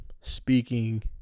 speaking